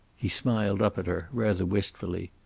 he smiled up at her, rather wistfully.